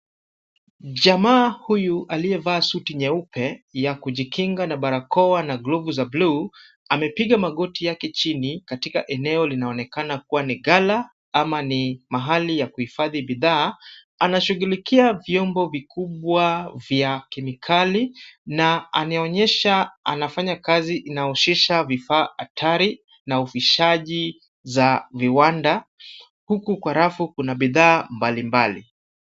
Jamaa huyu aliyevaa suti nyeupe ya kujikinga na barakoa na glovu za bluu amepiga magoti yake chini katika eneo linaonekana kuwa ni ghala ama ni mahali ya kuhifadhi bidhaa. Anashughulikia vyombo vikubwa vya kemikali na ameonyesha anafanya kazi inayohusisha vifaa hatari na ufishaji za viwanda, huku kwa rafu kuna bidhaa mbalimbali.